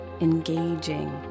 engaging